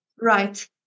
Right